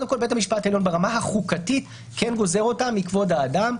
קודם כול בית המשפט העליון ברמה החוקתית כן גוזר אותה מכבוד האדם,